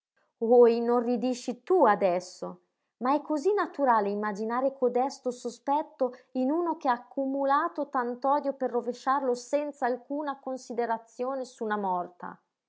oh inorridisci tu adesso ma è cosí naturale imaginare codesto sospetto in uno che ha accumulato tant'odio per rovesciarlo senza alcuna considerazione su una morta